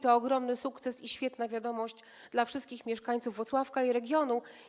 To ogromny sukces i świetna wiadomość dla wszystkich mieszkańców Włocławka i regionu.